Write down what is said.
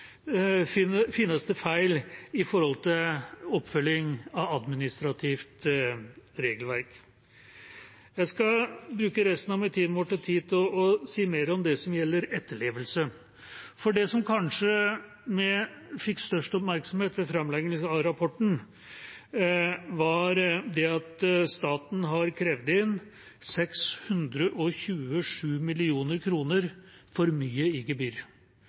finnes det feil med hensyn til oppfølging av administrativt regelverk. Jeg skal bruke resten av min tilmålte tid til å si mer om det som gjelder etterlevelse. Det som kanskje fikk størst oppmerksomhet ved framleggelsen av rapporten, var at staten har krevd inn 627 mill. kr for mye i gebyr.